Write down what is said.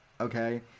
Okay